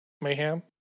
Mayhem